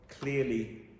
clearly